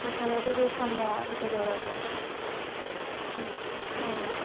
ꯑꯣ ꯐꯔꯦ ꯑꯗꯨꯗꯤ ꯊꯝꯃꯣ ꯑꯗꯨ ꯀꯩꯗꯧꯔꯒꯦ ꯎꯝ ꯍꯣꯍꯣꯍꯣꯏ